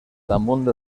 damunt